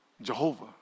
Jehovah